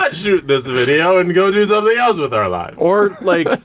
not shoot this video and go do something else with our lives. or, like,